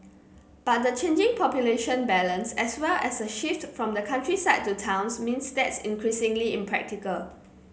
but the changing population balance as well as a shift from the countryside to towns means that's increasingly impractical